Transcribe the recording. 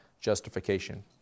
justification